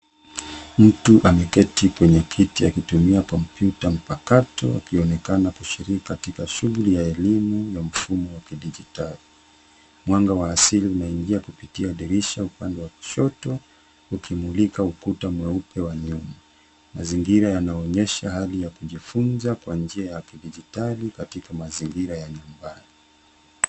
Mtu amekiketi kwenye kiti akitumia kompyuta mpakato, akionekana kushiriki katika shughuli ya elimu ya mfumo wa kidijitali. Mwanga wa asili umeingia kupitia dirisha upande wa kushoto, ukimulika ukuta mweupa wa nyumba. Mazingira yanayoonyesha hali ya kujifunza kwa njia ya kidijitali katika mazingira ya nyumbani.